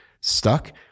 stuck